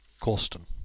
Causton